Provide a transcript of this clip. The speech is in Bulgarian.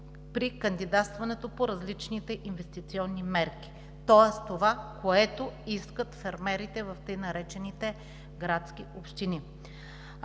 при кандидатстването по различните инвестиционни мерки, тоест това, което искат фермерите в така наречените градски общини.